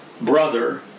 brother